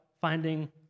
finding